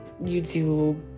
youtube